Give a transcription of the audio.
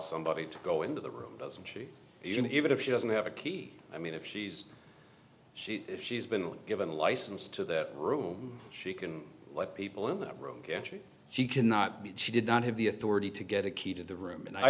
somebody to go into the room doesn't she even if she doesn't have a key i mean if she's she if she's been given a license to that room she can let people in that room she cannot beat she did not have the authority to get a key to the room and i